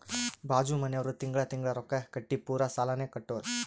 ಬಾಜು ಮನ್ಯಾವ್ರು ತಿಂಗಳಾ ತಿಂಗಳಾ ರೊಕ್ಕಾ ಕಟ್ಟಿ ಪೂರಾ ಸಾಲಾನೇ ಕಟ್ಟುರ್